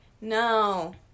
No